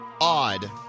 odd